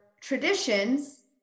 traditions